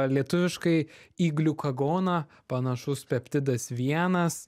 lietuviškai į gliukagoną panašus peptidas vienas